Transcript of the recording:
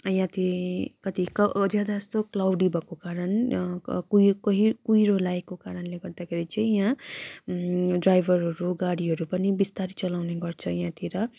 यहाँ चाहिँ कति ज्यादा जस्तो क्लाउडी भएको कारण कुहि कुइरो लागेको कारणले चाहिँ यहाँ ड्राइभरहरू गाडीहरू पनि बिस्तारै चलाउने गर्छ यहाँतिर